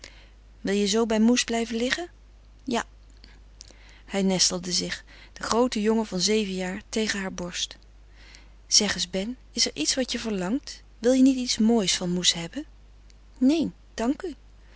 wil je zoo bij moes blijven liggen ja hij nestelde zich de groote jongen van zeven jaar tegen haar borst zeg eens ben is er iets wat je verlangt wil je niet iets moois van moes hebben neen dank u